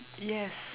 yes